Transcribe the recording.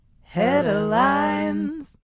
Headlines